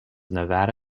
nevada